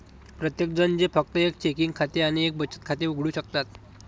प्रत्येकजण जे फक्त एक चेकिंग खाते आणि एक बचत खाते उघडू शकतात